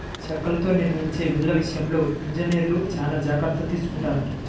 చెక్కలతో నిర్మించే ఇళ్ళ విషయంలో ఇంజనీర్లు చానా జాగర్తలు తీసుకొంటారంట